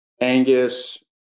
Angus